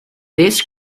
this